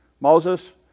Moses